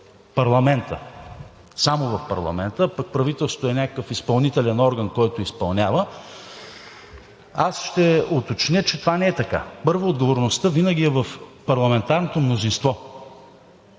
парламента – само в парламента, пък правителството е някакъв изпълнителен орган, който изпълнява, аз ще уточня, че това не е така. Първо, отговорността винаги е в парламентарното мнозинство